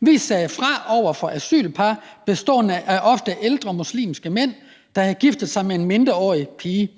Vi sagde fra overfor asylpar bestående af en ældre ofte muslimsk mand, der havde giftet sig med en mindreårig pige.«